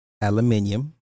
Aluminium